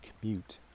commute